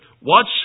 watch